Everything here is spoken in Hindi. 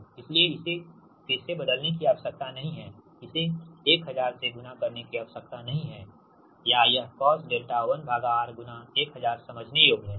इसलिए इसे फिर से बदलने की आवश्यकता नहीं है इसे 1000 से गुणा करने की आवश्यकता नहीं है या यह cos𝛿 1Rगुणा 1000 समझने योग्य है